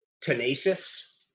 tenacious